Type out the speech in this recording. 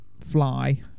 fly